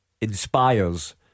inspires